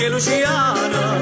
Luciana